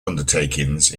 undertakings